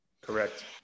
Correct